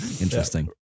Interesting